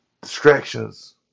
distractions